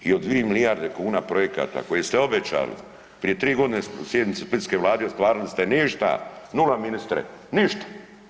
I od 2 milijarde kuna projekata koje ste obećali prije 3.g. na sjednici splitske vlade ostvarili ste ništa, nula ministre, ništa.